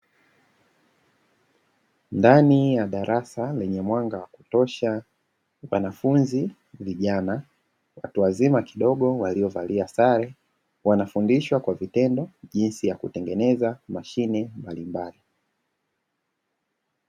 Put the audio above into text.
Ndani ya darasa lenye mwanga wa kutosha, wanafunzi vijana watu wazima kidogo waliovalia sare wanafundishwa kwa vitendo jinsi ya kutengeneza mashine mbalimbali.